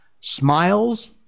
smiles